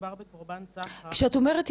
שמדובר בקורבן סחר --- כשאת אומרת,